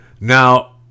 Now